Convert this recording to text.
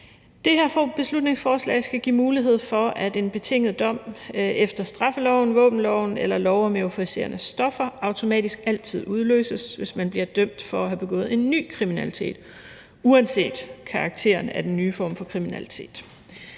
Det her beslutningsforslag skal give mulighed for, at en betinget dom efter straffeloven, våbenloven eller lov om euforiserende stoffer automatisk altid udløses, hvis man bliver dømt for at have begået ny kriminalitet, uanset karakteren af den nye form for kriminalitet.